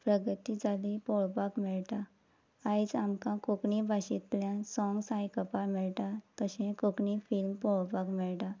प्रगती जाली पळोवपाक मेळटा आयज आमकां कोंकणी भाशेंतल्यान सॉंग्स आयकपाक मेळटा तशें कोंकणी फिल्म पळोवपाक मेळटा